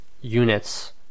units